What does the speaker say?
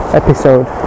episode